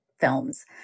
films